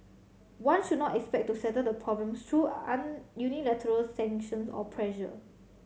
one should not expect to settle the problems through unilateral sanctions or pressure